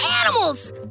animals